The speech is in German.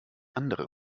andere